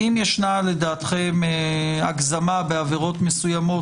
אם יש לדעתכם הגזמה בעבירות מסוימות,